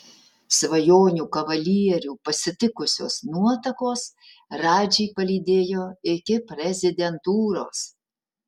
svajonių kavalierių pasitikusios nuotakos radžį palydėjo iki prezidentūros